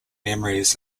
memories